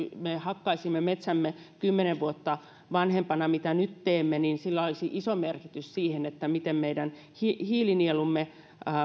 me hakkaisimme metsämme kymmenen vuotta vanhempana kuin mitä nyt teemme olisi iso merkitys sille missä koossa meidän hiilinielumme